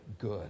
good